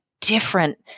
different